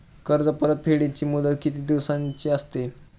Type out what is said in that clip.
कर्ज परतफेडीची मुदत किती दिवसांची असते?